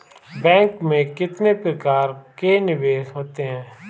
Bank में कितने प्रकार के निवेश होते हैं?